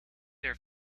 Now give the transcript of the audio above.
their